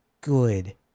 good